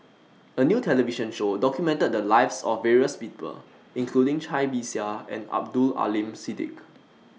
A New television Show documented The Lives of various People including Cai Bixia and Abdul Aleem Siddique